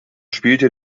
spielte